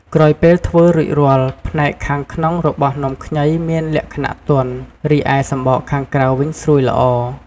ក្រោយពេលធ្វើរួចរាល់ ផ្នែកខាងក្នុងរបស់នំខ្ញីមានលក្ខណៈទន់ រីឯសំបកខាងក្រៅវិញស្រួយល្អ។